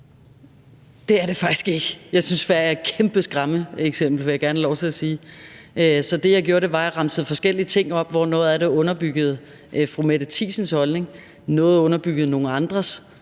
det er det faktisk ikke. Jeg synes, Sverige er et kæmpe skræmmeeksempel, vil jeg gerne have lov til at sige. Det, jeg gjorde, var, at jeg remsede forskellige ting op, hvor noget af det underbyggede fru Mette Thiesens holdning, noget underbyggede nogle andres,